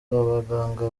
abaganga